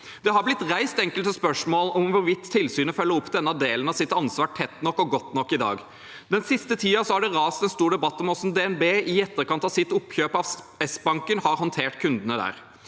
Det har blitt reist enkelte spørsmål om hvorvidt tilsynet følger opp denne delen av sitt ansvar tett nok og godt nok i dag. I den siste tiden har det rast en stor debatt om hvordan DNB i etterkant av sitt oppkjøp av Sbanken har håndtert kundene der.